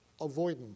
avoidant